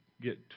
get